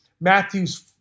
Matthew's